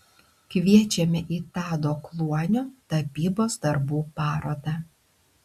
kviečiame į tado kluonio tapybos darbų parodą